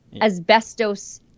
asbestos